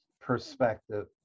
perspective